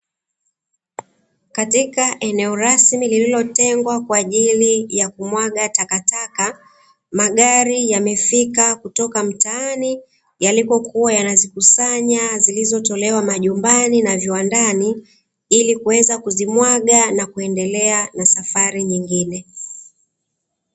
Katika eneo rasmi lililotengwa kwa ajili ya kumwaga takataka, magari yamefika kutoka mtaani yalipokuwa yanazikusanya zilizotolewa majumbani na viwandani, ili kuweza kuzimwaga na kuendelea na safari nyingine.